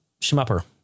shmupper